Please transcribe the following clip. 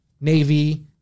Navy